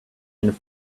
and